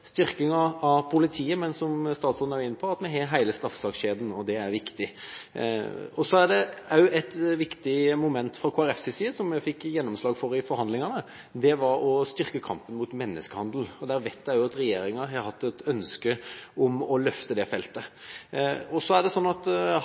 styrkinga av politiet og, som statsråden også er inne på, at vi har med hele straffesakskjeden. Det er viktig. Så er det også et viktig moment fra Kristelig Folkepartis side, som vi fikk gjennomslag for i forhandlingene, å styrke kampen mot menneskehandel, og jeg vet at regjeringa har hatt et ønske om å løfte det feltet.